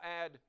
add